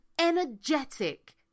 energetic